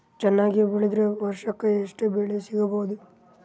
ಚೆನ್ನಾಗಿ ಬೆಳೆದ್ರೆ ವರ್ಷಕ ಎಷ್ಟು ಬೆಳೆ ಸಿಗಬಹುದು?